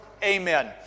amen